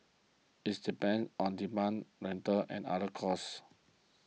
it depends on demand rental and other costs